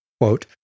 quote